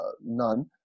None